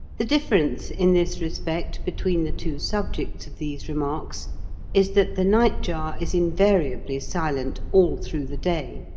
the difference in this respect between the two subjects of these remarks is that the nightjar is invariably silent all through the day,